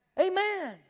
Amen